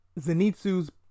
zenitsu's